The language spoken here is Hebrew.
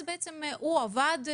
הוא עבד,